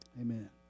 Amen